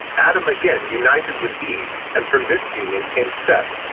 adam again united. with eve and from this union came seth,